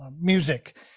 music